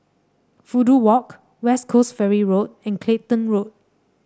Fudu Walk West Coast Ferry Road and Clacton Road